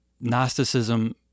Gnosticism